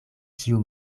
ĉiu